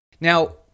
Now